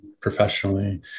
professionally